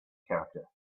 character